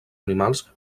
animals